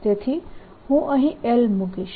તેથી હું અહીં L મુકીશ